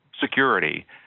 security